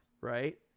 Right